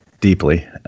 deeply